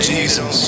Jesus